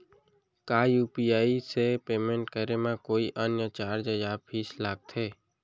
का यू.पी.आई से पेमेंट करे म कोई अन्य चार्ज या फीस लागथे?